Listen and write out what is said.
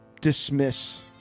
dismiss